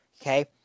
Okay